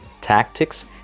tactics